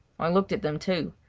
i looked at them too,